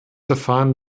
verfahren